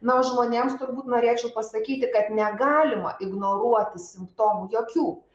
na o žmonėms turbūt norėčiau pasakyti kad negalima ignoruoti simptomų jokių